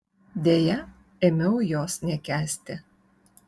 deja ėmiau jos nekęsti